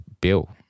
bill